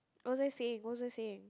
what was I saying what was I saying